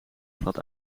glad